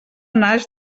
naix